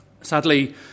Sadly